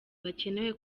bakenewe